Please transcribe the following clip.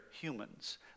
humans